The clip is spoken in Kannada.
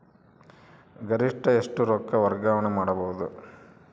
ಗರಿಷ್ಠ ಎಷ್ಟು ರೊಕ್ಕ ವರ್ಗಾವಣೆ ಮಾಡಬಹುದು?